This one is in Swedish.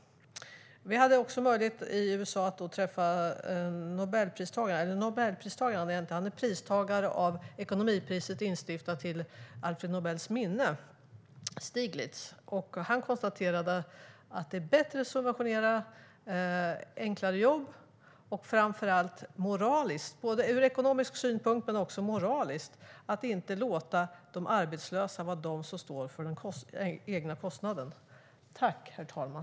Vi hade också möjlighet i USA att träffa en som fått ekonomipriset instiftat till Alfred Nobels minne, Stiglitz. Han konstaterade att det är bättre att subventionera enklare jobb ur ekonomisk synpunkt men också moraliskt - att inte låta de arbetslösa vara de som står för den egna kostnaden.